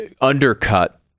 undercut